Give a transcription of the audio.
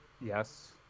Yes